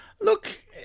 Look